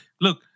Look